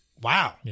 Wow